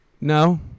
No